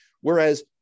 Whereas